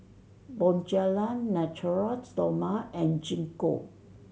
Bonjela Natura Stoma and Gingko